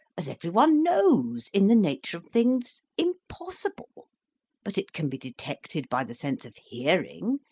as every one knows, in the nature of things, impossible but it can be detected by the sense of hearing,